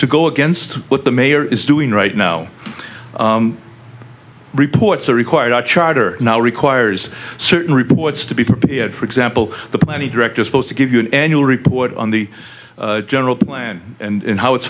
to go against what the mayor is doing right now reports are required charter now requires certain reports to be prepared for example the money director supposed to give you an annual report on the general plan and how it's